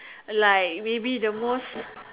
like maybe the most